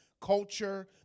culture